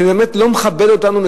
שלא מכבד אותנו,